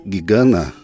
Gigana